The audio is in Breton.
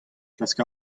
klask